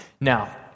Now